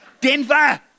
Denver